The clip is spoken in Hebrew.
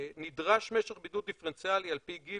נדרש משך בידוד דיפרנציאלי על פי גיל